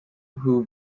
who